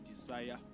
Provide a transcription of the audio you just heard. desire